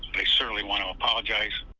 i certainly want to apologize.